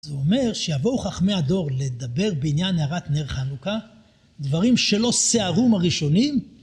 זה אומר שיבואו חכמי הדור לדבר בעניין הארת נר חנוכה, דברים שלא שיערום הראשונים.